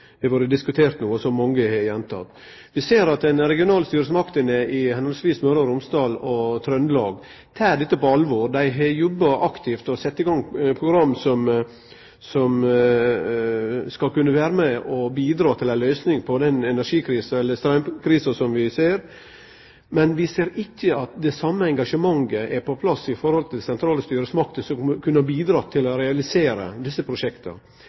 som har vore diskuterte no, og som mange har gjenteke. Vi ser at dei regionale styresmaktene i Møre og Romsdal og Trøndelag tek dette på alvor. Dei har jobba aktivt og har sett i gang program som skal kunne vere med og bidra til ei løysing på den straumkrisa som vi ser, men vi ser ikkje at det same engasjementet er på plass hos sentrale styresmakter, som kunne ha bidrege til å realisere desse prosjekta.